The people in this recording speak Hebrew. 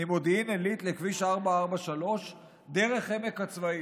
ממודיעין עילית לכביש 443 דרך עמק הצבאים.